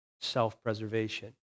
Self-preservation